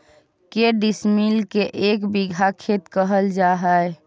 के डिसमिल के एक बिघा खेत कहल जा है?